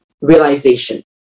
realization